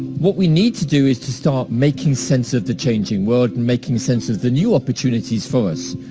what we need to do is to start making sense of the changing world and making sense of the new opportunities for us.